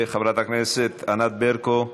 חברת הכנסת ענת ברקו,